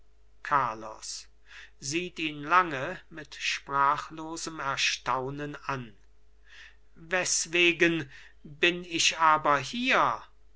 carlos sieht ihn lange mit sprachlosem erstaunen an weswegen bin ich aber hier